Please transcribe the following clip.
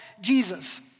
Jesus